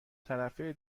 طرفه